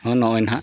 ᱱᱚᱜᱼᱚᱭ ᱱᱟᱦᱟᱜ